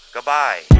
Goodbye